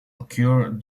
occur